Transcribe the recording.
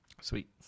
Sweet